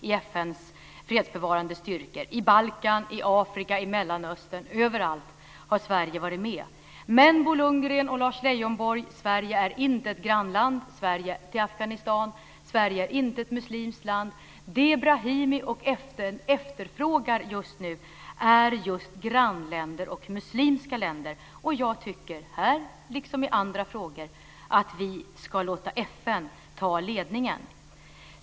I FN:s fredsbevarande styrkor på Balkan, i Afrika och i Mellanöstern, ja, överallt, har Sverige varit med. Men, Bo Lundgren och Lars Leijonborg, Sverige är inte ett grannland till Afghanistan, och Sverige är inte ett muslimskt land. Vad Brahimi efterfrågar just nu är just grannländer och muslimska länder. Jag tycker att vi här, liksom i andra frågor, ska låta FN ta ledningen.